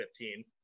2015